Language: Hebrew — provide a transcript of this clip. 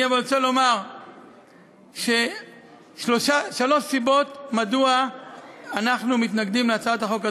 אבל אני רוצה לומר שלוש סיבות מדוע אנחנו מתנגדים להצעת החוק הזאת: